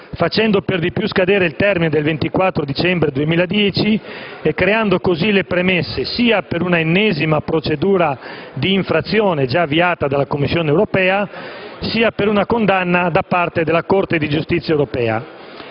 facendo per di più scadere il termine del 24 dicembre 2010 e creando così le premesse sia per un'ennesima procedura d'infrazione, già avviata dalla Commissione europea, sia per una condanna da parte della Corte di giustizia